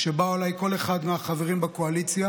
כשבאו אליי, כל אחד מהחברים בקואליציה,